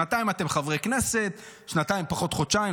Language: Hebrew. שנתיים אתם חברי כנסת, שנתיים פחות חודשיים.